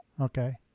Okay